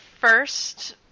first